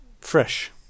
Fresh